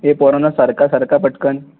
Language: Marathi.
ए पोरांनो सरका सरका पटकन